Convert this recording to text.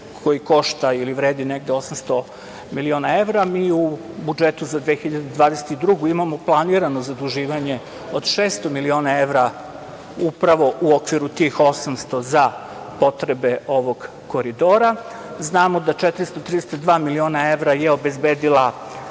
koji košta ili vredi oko 800 miliona evra. Mi u budžetu za 2022. godinu imamo planirano zaduživanje od 600 miliona evra, upravo u okviru tih 800 za potrebe ovog koridora. Znamo da je 432 miliona evra je obezbedila,